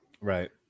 Right